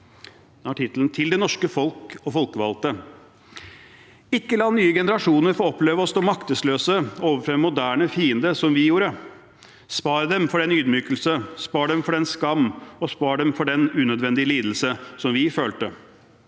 Det lyder slik: Til det norske folk og folkevalgte Ikke la nye generasjoner få oppleve å stå maktesløse overfor en moderne fiende, som vi gjorde. Spar dem for den ydmykelse, spar dem for den skam, og spar dem for den unødvendige lidelse, som vi følte.